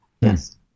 Yes